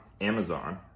Amazon